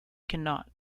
cannot